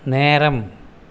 நேரம்